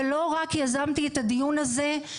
ולא רק יזמתי את הדיון הזה,